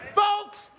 folks